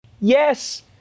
Yes